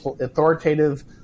authoritative